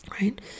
right